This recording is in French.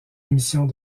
émissions